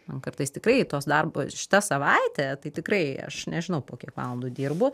man kartais tikrai tos darbo šita savaitė tai tikrai aš nežinau po kiek valandų dirbu